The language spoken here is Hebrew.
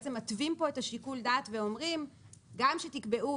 בעצם מתווים פה את שיקול הדעת ואומרים גם כשתקבעו